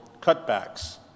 cutbacks